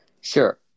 Sure